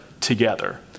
together